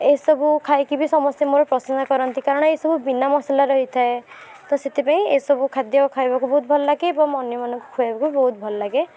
ଏସବୁ ଖାଇକି ବି ସମସ୍ତେ ମୋର ପ୍ରଶଂସା କରନ୍ତି କାରଣ ଏଇ ସବୁ ବିନା ମସଲାରେ ହେଇଥାଏ ତ ସେଥିପାଇଁ ଏସବୁ ଖାଦ୍ୟ ଖାଇବାକୁ ବହୁତ ଭଲ ଲାଗେ ଏବଂ ଅନ୍ୟମାନଙ୍କୁ ଖୁଆଇବାକୁ ବହୁତ ଭଲ ଲାଗେ